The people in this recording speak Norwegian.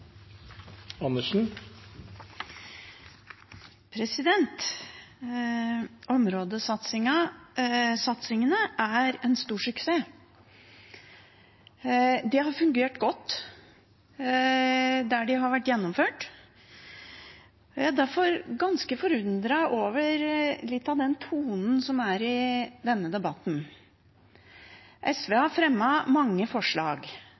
er en stor suksess. Det har fungert godt der de har vært gjennomført. Jeg er derfor ganske forundret over litt av den tonen som er i denne debatten. SV har fremmet mange forslag,